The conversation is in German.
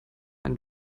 ein